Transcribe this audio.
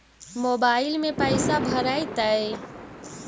Mobile में पैसा भरैतैय?